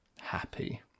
happy